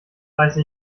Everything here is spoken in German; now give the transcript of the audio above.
reiße